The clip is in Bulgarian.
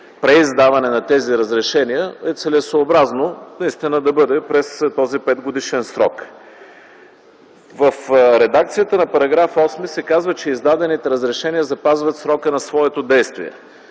преиздаване на тези разрешения да бъде през този 5-годишен срок. В редакцията на § 8 се казва, че издадените разрешения запазват срока на своето действие,